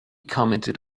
commented